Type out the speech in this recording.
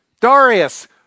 Darius